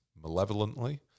malevolently